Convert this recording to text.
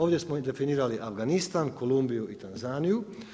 Ovdje smo definirali i Afganistan, Kolumbiju i Tanzaniju.